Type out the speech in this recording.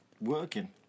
working